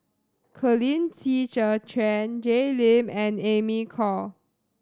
Colin Qi Zhe Quan Jay Lim and Amy Khor